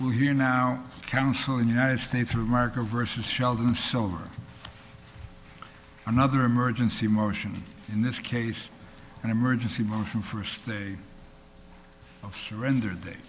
well here now counsel in united states of america versus sheldon silver another emergency motion in this case an emergency motion for a stay of surrender da